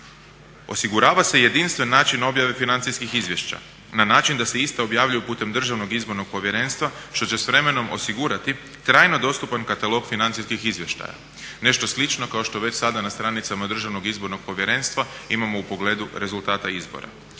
Osigurava se jedinstven način objave financijskih izvješća na način da se ista objavljuju putem Državnog izbornog povjerenstva što će s vremenom osigurati trajno dostupan katalog financijskih izvještaja, nešto slično kao što već sada na stranicama Državnog izbornog povjerenstva imamo u pogledu rezultata izbora.